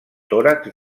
tòrax